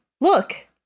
Look